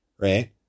right